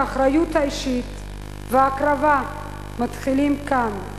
האחריות האישית וההקרבה מתחילים כאן,